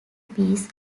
peace